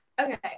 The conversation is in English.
Okay